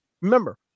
Remember